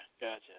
gotcha